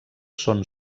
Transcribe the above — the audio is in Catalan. són